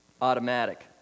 Automatic